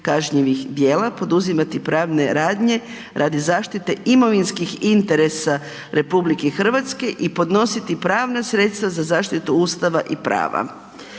kažnjivih djela, poduzimati pravne radnje radi zaštite imovinskih interesa RH i podnositi pravna sredstva za zaštitu Ustava i prava.